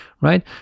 right